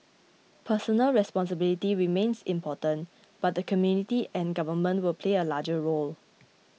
personal responsibility remains important but the community and Government will play a larger role